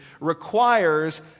requires